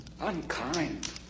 Unkind